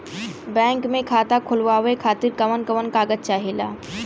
Bank मे खाता खोलवावे खातिर कवन कवन कागज चाहेला?